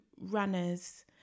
runners